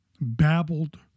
babbled